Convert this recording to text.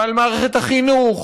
ועל מערכת החינוך,